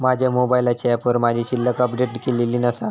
माझ्या मोबाईलच्या ऍपवर माझी शिल्लक अपडेट केलेली नसा